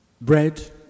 Bread